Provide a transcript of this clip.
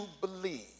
believe